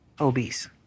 obese